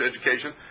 education